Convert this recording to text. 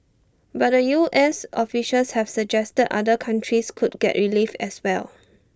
but the U S officials have suggested other countries could get relief as well